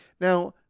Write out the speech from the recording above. Now